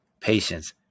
patience